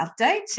Update